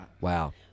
Wow